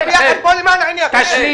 אנחנו פה למען העניין הזה.